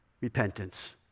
repentance